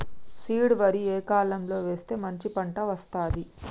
Seed వరి ఏ కాలం లో వేస్తే మంచి పంట వస్తది?